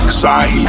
side